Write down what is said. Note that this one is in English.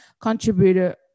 contributor